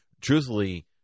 truthfully